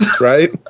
right